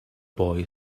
boy